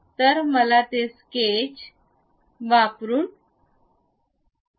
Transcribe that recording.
तर चला ते स्केच वापरून पाहू